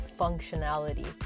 functionality